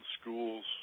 schools